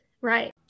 Right